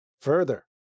Further